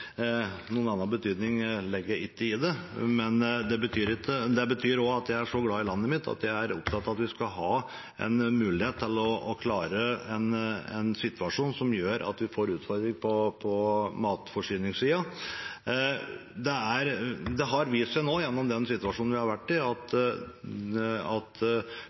Noen annen betydning legger jeg ikke i det. Det betyr også at jeg er så glad i landet mitt at jeg er opptatt av at vi skal ha mulighet til å klare en situasjon som gjør at vi får utfordringer på matforsyningssida. Det har gjennom den situasjonen vi har vært i, vist seg at det har fungert bra. Vi har klart å opprettholde matforsyningen. Vi kommer vel aldri i